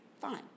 fine